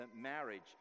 marriage